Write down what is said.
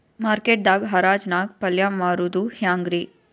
Market ದಾಗ್ ಹರಾಜ್ ನಾಗ್ ಪಲ್ಯ ಮಾರುದು ಹ್ಯಾಂಗ್ ರಿ?